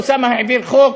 אוסאמה העביר חוק,